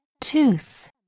Tooth